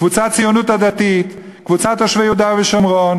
קבוצת הציונות הדתית, קבוצת תושבי יהודה ושומרון,